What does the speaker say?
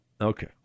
Okay